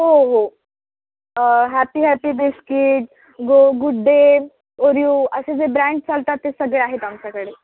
हो हो happy happy biscuit go good day Oreo असे जे ब्रँड्स चालतात ते सगळे आहेत आमच्याकडे